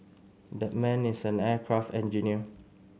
that man is an aircraft engineer